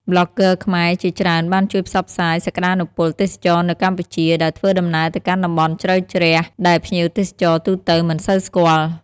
ប្លុកហ្គើខ្មែរជាច្រើនបានជួយផ្សព្វផ្សាយសក្ដានុពលទេសចរណ៍នៅកម្ពុជា ដោយធ្វើដំណើរទៅកាន់តំបន់ជ្រៅជ្រះដែលភ្ញៀវទេសចរទូទៅមិនសូវស្គាល់។